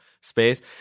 space